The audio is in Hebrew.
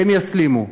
הם יסלימו.